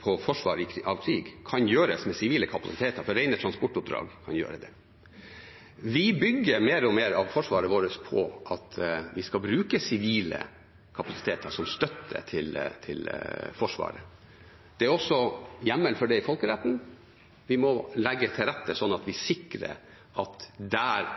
på forsvar i krig, kan gjøres med sivile kapasiteter – for rene transportoppdrag kan gjøres. Vi bygger mer og mer av forsvaret vårt på at vi skal bruke sivile kapasiteter som støtte til Forsvaret. Det er også hjemmel for det i folkeretten. Vi må legge til rette, slik at vi sikrer at der